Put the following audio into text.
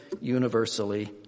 universally